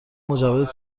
مجوز